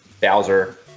Bowser